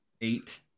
Eight